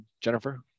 Jennifer